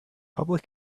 public